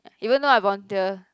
even though I volunteer